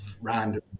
random